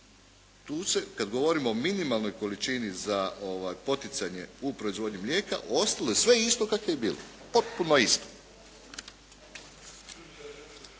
Tu se kada govorimo o minimalnoj količini za poticanje u proizvodnji mlijeka, ostalo je sve isto kako je bilo, potpuno isto.